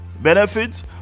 benefits